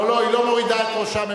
היא לא מורידה את ראשה אף פעם.